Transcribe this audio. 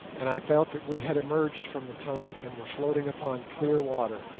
and i felt that we had emerged from the tunnel and were floating upon clear water.